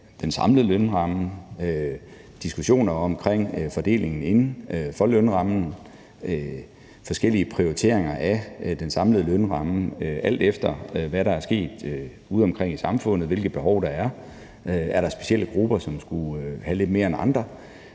den samlede lønramme, diskussioner omkring fordelingen inden for lønrammen, forskellige prioriteringer af den samlede lønramme, alt efter hvad der er sket udeomkring i samfundet, hvilke behov der er, om der er specielle grupper, som skulle have lidt mere end andre.